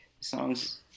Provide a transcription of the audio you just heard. song's